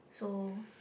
so